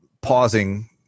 pausing